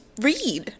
read